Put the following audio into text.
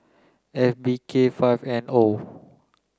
F B K five N O